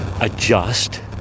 adjust